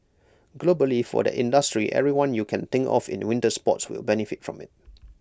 globally for that industry everyone you can think of in winter sports will benefit from IT